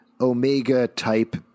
Omega-type